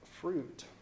fruit